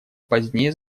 позднее